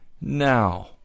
now